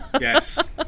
Yes